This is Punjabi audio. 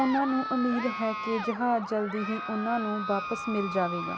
ਉਨ੍ਹਾਂ ਨੂੰ ਉਮੀਦ ਹੈ ਕਿ ਜਹਾਜ਼ ਜਲਦੀ ਹੀ ਉਨ੍ਹਾਂ ਨੂੰ ਵਾਪਸ ਮਿਲ ਜਾਵੇਗਾ